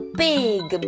big